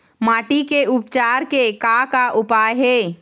माटी के उपचार के का का उपाय हे?